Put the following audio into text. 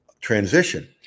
transition